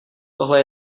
tohle